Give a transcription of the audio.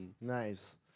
Nice